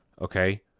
Okay